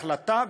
החלטה,